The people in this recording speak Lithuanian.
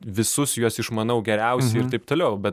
visus juos išmanau geriausiai ir taip toliau bet